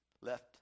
left